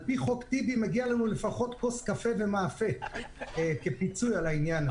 על פי חוק טיבי מגיע לנו לפחות כוס קפה ומאפה כפיצוי על העניין הזה.